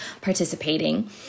participating